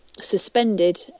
suspended